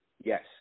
Yes